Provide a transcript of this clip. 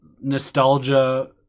nostalgia